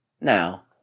Now